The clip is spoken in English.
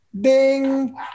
ding